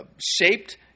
shaped